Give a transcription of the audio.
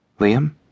Liam